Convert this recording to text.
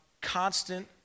constant